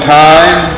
time